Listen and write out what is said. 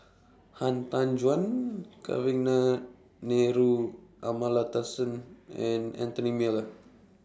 Han Tan Juan Kavignareru Amallathasan and Anthony Miller